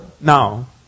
Now